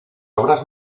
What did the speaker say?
obras